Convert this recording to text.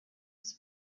des